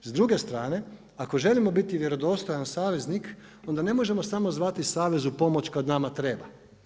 S druge strane ako želimo biti vjerodostojan saveznik, onda ne možemo samo zvati savez u pomoć kada nama treba.